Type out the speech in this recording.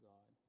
God